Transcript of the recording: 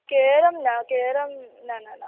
carrom न केरं न न न